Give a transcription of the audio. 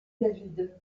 david